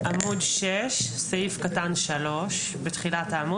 עמוד 6, סעיף קטן (3), בתחילת העמוד.